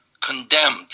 condemned